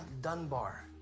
Dunbar